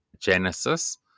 Genesis